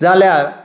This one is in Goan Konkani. जाल्यार